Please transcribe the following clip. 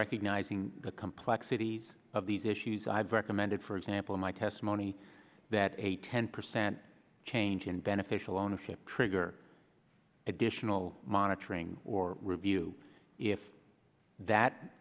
recognizing the complexities of these issues i have recommended for example in my testimony that a ten percent change in beneficial ownership trigger additional monitoring or review if that